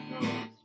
No